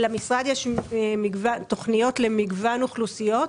למשרד יש תכניות למגוון אוכלוסיות.